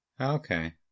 Okay